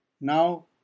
Now